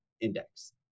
index